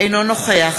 אינו נוכח